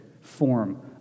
form